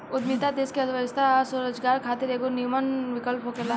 उद्यमिता देश के अर्थव्यवस्था आ स्वरोजगार खातिर एगो निमन विकल्प होखेला